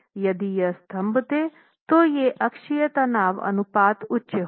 यदि यह स्तंभ थे तो ये अक्षीय तनाव अनुपात उच्च होंगे